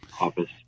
office